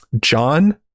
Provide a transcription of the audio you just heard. John